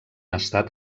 estat